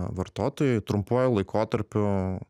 vartotojui trumpuoju laikotarpiu